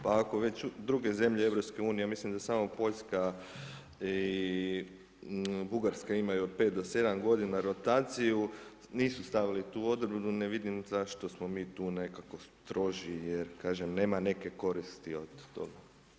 Pa ako već druge zemlje EU, ja mislim da samo Poljska i Bugarska imaju pet do sedam godina rotaciju, nisu stavili tu odredbu, ne vidim zašto smo mi tu nekako strožiji jer kažem nema neke koristi od toga.